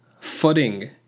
footing